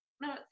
No